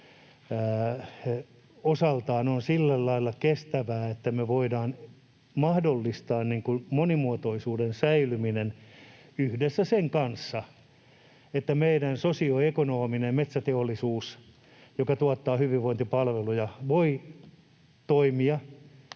osaltaan on sillä lailla kestävää, että me voidaan mahdollistaa monimuotoisuuden säilyminen yhdessä sen kanssa, eli että meidän sosioekonominen metsäteollisuus, joka tuottaa hyvinvointipalveluja, voi toimia